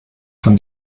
von